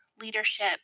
leadership